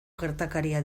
gertakaria